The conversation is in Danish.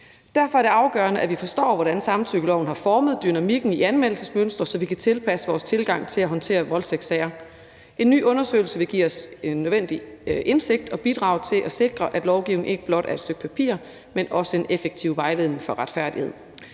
Derfor er det afgørende, at vi forstår, hvordan samtykkeloven har formet anmeldelsesmønstrene, så vi kan tilpasse vores tilgang til at håndtere voldtægtssager. En ny undersøgelse vil give os en nødvendig indsigt og bidrage til at sikre, at lovgivningen ikke blot er et stykke papir, men også en effektiv vejledning for retfærdighed.